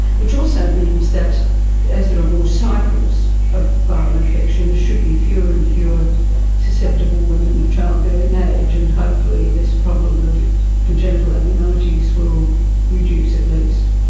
which also means that as there are more cycles of a viral infection there should be fewer and fewer susceptible women of childbearing age. and hopefully this problem of congenital abnormalities will reduce at least.